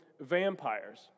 vampires